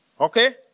Okay